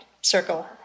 circle